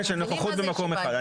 את מדברת על נוכחות במקום אחד.